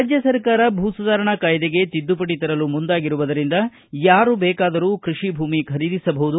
ರಾಜ್ನ ಸರ್ಕಾರ ಭೂಸುಧಾರಣಾ ಕಾಯ್ದೆಗೆ ತಿದ್ದುಪಡಿ ತರಲು ಮುಂದಾಗಿರುವುದರಿಂದ ಯಾರೂ ಬೇಕಾದರೂ ಕೃಷಿ ಭೂಮಿ ಖರೀದಿಸಬಹುದು